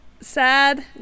Sad